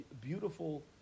beautiful